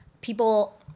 people